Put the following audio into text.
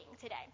today